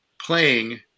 playing